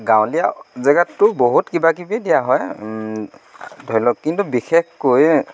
গাঁৱলীয়া জেগাতটো বহুত কিবা কিবি দিয়া হয় ধৰি লওক কিন্তু বিশেষকৈ